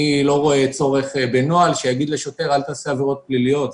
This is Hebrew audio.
אני לא רואה צורך בנוהל שיגיד לשוטר: אל תעשה עבירות פליליות.